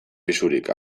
pisurik